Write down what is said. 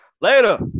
Later